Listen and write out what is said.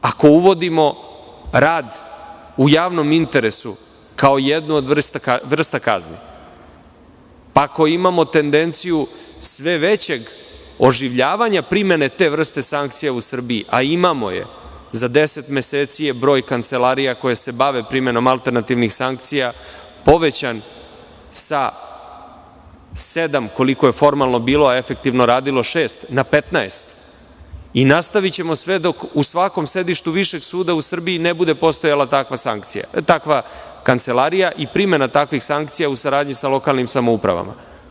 Ako uvodimo rad u javnom interesu kao jednu od vrsta kazni, ako imamo tendenciju sve većeg oživljavanja primene te vrste sankcija u Srbiji, a imamo je, za deset meseci je broj kancelarija koje se bave primenom alternativnih sankcija povećan sa sedam, koliko je formalno bilo, a efektivno radilo šest, na 15 i nastavićemo sve dok u svakom sedištu višeg suda u Srbiji ne bude postojala takva kancelarija i primena takvih sankcija u saradnji sa lokalnim samoupravama.